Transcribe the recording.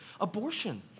abortion